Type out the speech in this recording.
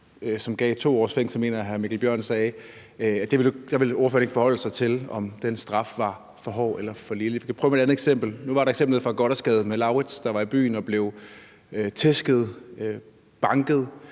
som gav 2 års fængsel, mener jeg hr. Mikkel Bjørn sagde, vil ordføreren ikke forholde sig til, om den straf var for hård eller for blød. Jeg kan prøve med et andet eksempel. Det var i Gothersgade, hvor en, der hedder Lauritz, var i byen og blev tæsket, banket